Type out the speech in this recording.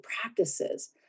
practices